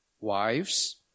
Wives